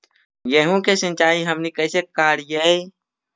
गेहूं के सिंचाई हमनि कैसे कारियय?